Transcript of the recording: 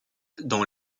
dans